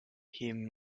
him